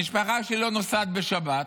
המשפחה שלי לא נוסעת בשבת,